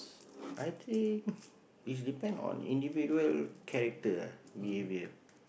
I think is depend on individual character behaviour